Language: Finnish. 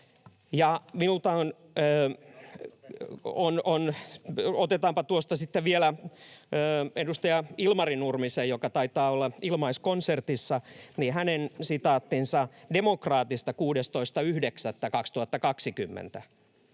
sitaatti edustaja Ilmari Nurmiselta, joka taitaa olla ilmaiskonsertissa. [Naurua oikealta] Sitaatti Demokraatista 16.9.2020: